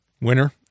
Winner